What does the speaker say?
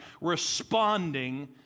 responding